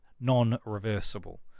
non-reversible